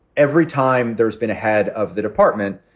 every time there has been ahead of the department,